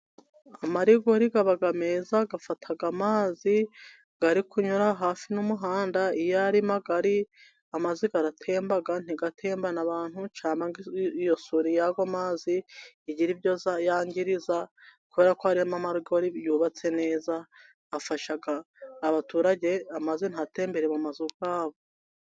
Amarigori aba meza, afata amazi ari kunyura hafi n'umuhanda, iyo ari magari, amazi aratemba ntatembane abantu, cyangwa isuri y'ayo mazi igire ibyo yangiza kubera ko harimo amarigori yubatse neza, afasha abaturage, amazi ntatembere mu mazu yabo.